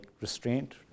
restraint